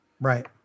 right